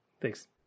Thanks